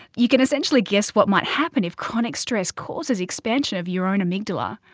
you can essentially guess what might happen if chronic stress causes expansion of your own amygdala.